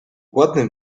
ładny